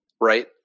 Right